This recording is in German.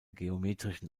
geometrischen